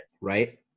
Right